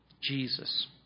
Jesus